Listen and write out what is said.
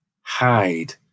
hide